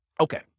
okay